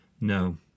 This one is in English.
No